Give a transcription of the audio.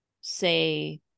say